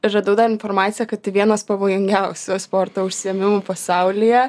ir radau informaciją kad tai vienas pavojingiausių sporto užsiėmimų pasaulyje